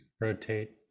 rotate